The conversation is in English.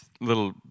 little